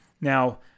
Now